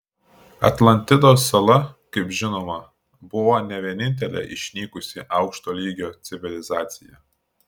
atlantidos sala kaip žinoma buvo ne vienintelė išnykusi aukšto lygio civilizacija